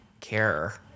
care